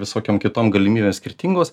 visokiom kitom galimybėm skirtingos